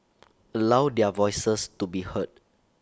allow their voices to be heard